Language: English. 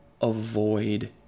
avoid